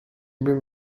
bin